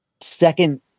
second